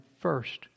first